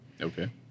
Okay